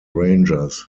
rangers